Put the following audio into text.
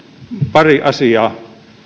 pari asiaa